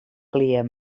klear